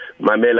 Mamela